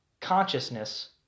consciousness